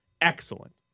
Excellent